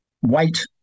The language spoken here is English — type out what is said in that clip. white